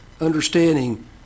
understanding